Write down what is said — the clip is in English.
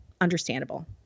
Understandable